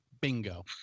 Bingo